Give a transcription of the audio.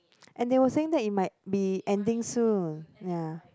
and they were saying that it might be ending soon ya